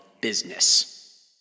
business